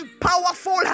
powerful